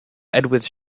edwards